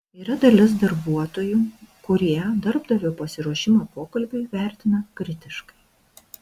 yra dalis darbuotojų kurie darbdavio pasiruošimą pokalbiui vertina kritiškai